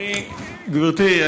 גברתי,